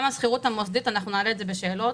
גם השכירות המוסדית, אנחנו נעלה את זה בשאלות.